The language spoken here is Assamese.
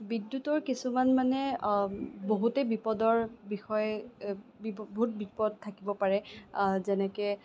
বিদ্যুতৰ কিছুমান মানে বহুতে বিপদৰ বিষয় বহুত বিপদ থাকিব পাৰে যেনেকে